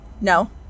No